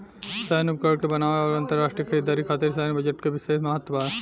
सैन्य उपकरण के बनावे आउर अंतरराष्ट्रीय खरीदारी खातिर सैन्य बजट के बिशेस महत्व बा